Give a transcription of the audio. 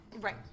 Right